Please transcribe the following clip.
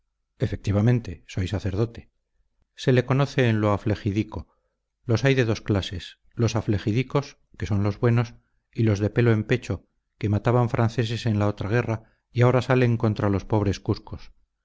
efectivamente soy sacerdote se le conoce en lo aflegidico los hay de dos clases los aflegidicos que son los buenos y los de pelo en pecho que mataban franceses en la otra guerra y ahora salen contra los pobres cuscos